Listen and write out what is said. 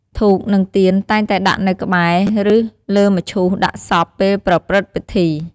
ធូប និងទៀនតែងតែដាក់នៅក្បែរ ឬលើមឈូសដាក់សពពេលប្រព្រឹត្តិពិធី។